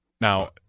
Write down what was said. Now